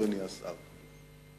אדוני השר.